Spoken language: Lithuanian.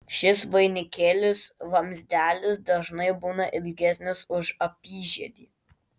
šis vainikėlis vamzdelis dažnai būna ilgesnis už apyžiedį